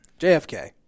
JFK